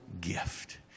gift